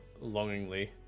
longingly